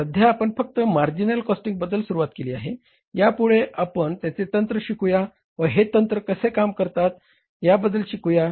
तर सध्यातर आपण फक्त मार्जिनल कॉस्टिंगबद्दल सुरुवात केली आहे यापुढे आपण त्याचे तंत्र शिकूया व हे तंत्र कशे काम करतात याबद्दल जाणून घेऊया